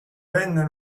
venne